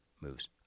moves